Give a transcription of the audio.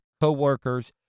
co-workers